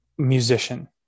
Musician